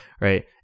right